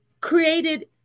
created